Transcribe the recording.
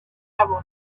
travel